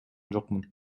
жокмун